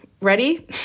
ready